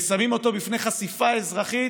ושמים אותו בפני חשיפה אזרחית,